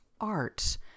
art